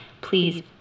please